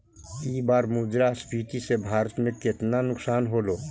ई बार मुद्रास्फीति से भारत में केतना नुकसान होलो